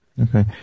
Okay